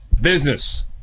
business